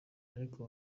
ariko